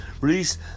release